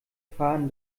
faden